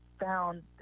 found